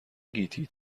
گیتی